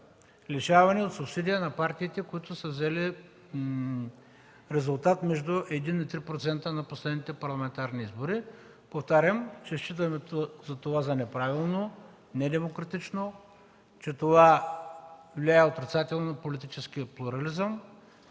лишаване от субсидия на партиите, които са взели резултат между 1 и 3% на последните парламентарни избори. Повтарям, че считаме това за неправилно, недемократично, че това влияе отрицателно на политическия плурализъм.